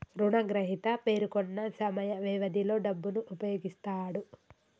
రుణగ్రహీత పేర్కొన్న సమయ వ్యవధిలో డబ్బును ఉపయోగిస్తాడు